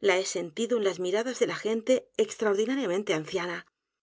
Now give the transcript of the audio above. la he sentido en las miradas de la gente extraordinariamente anciana